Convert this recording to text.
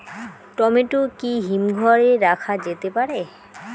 Tomato কি হিমঘর এ রাখা যেতে পারে?